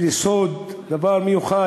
נדמה לי, סוד, דבר מיוחד: